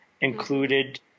included